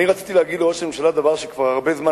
אני רציתי להגיד לראש הממשלה דבר כבר הרבה זמן,